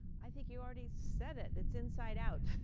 i think you already said it. it's inside out.